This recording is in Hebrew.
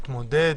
להתמודד,